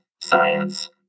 Science